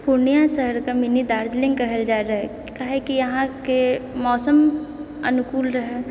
पूर्णिया शहरके मिनी दार्जलिङ्ग कहल जा रहै किआकि इहाँके मौसम अनुकूल रहए